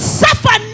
suffer